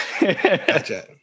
Gotcha